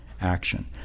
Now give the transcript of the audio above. action